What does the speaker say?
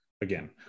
again